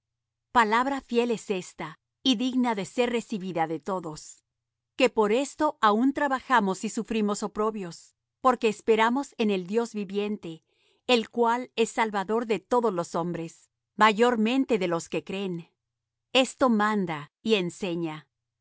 palabra fiel es esta y digna de ser recibida de todos que por esto aun trabajamos y sufrimos oprobios porque esperamos en el dios viviente el cual es salvador de todos los hombres mayormente de los que creen esto manda y enseña